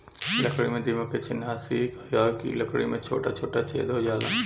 लकड़ी में दीमक के चिन्हासी ह कि लकड़ी में छोटा छोटा छेद हो जाला